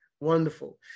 wonderful